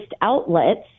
outlets